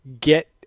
get